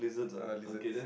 uh lizards